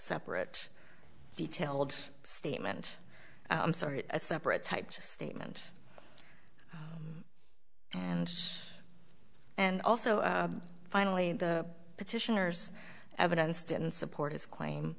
separate detailed statement i'm sorry a separate type of statement and and also finally the petitioners evidence didn't support his claim